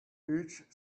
each